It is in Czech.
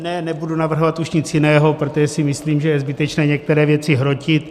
Ne, nebudu navrhovat už nic jiného, protože si myslím, že je zbytečné některé věci hrotit.